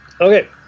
Okay